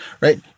right